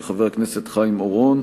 של חבר הכנסת חיים אורון,